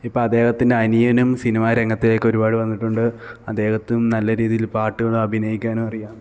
ഇപ്പം അദ്ദേഹത്തിന്റെ അനിയനും സിനിമ രംഗത്തേക്ക് ഒരുപാട് വന്നിട്ടുണ്ട് അദ്ദേഹത്തും നല്ല രീതിയില് പാട്ടുകളും അഭിനയിക്കാനും അറിയാം